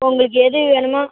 உங்களுக்கு எது வேணுமோ